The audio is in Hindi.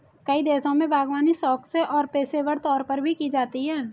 कई देशों में बागवानी शौक से और पेशेवर तौर पर भी की जाती है